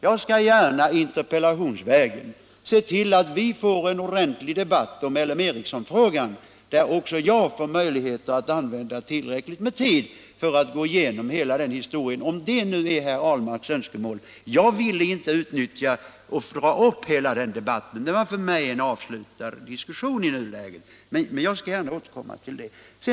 Jag skall gärna interpellationsvägen se till att vi får en ordentlig debatt om LM Ericsson-frågan, där också jag får tillräckligt med tid för att gå igenom hela den historien, om det är vad herr Ahlmark önskar. Jag ville inte nu dra upp hela den debatten — det var för mig en avslutad diskussion. Men jag skall gärna återkomma.